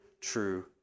true